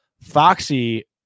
Foxy